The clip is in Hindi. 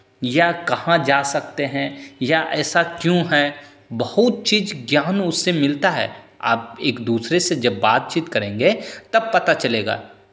या कहाँ जा सकते हैं या ऐसा क्यों है बहुत चीज़ ज्ञान उससे मिलता है आप एक दूसरे से जब बातचीत करेंगे तब पता चलेगा